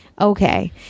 okay